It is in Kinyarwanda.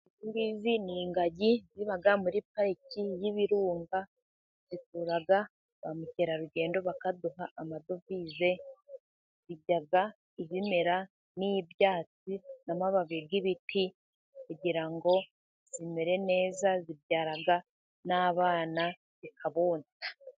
Izingizi ni ingagi ziba muri Pariki y'Ibirunga, zikurura ba mukerarugendo bakaduha amadovize, zirya ibimera n'ibyatsi n'amababi by'ibiti, kugira ngo zimere neza, zibyarana n'abana bikabonsa.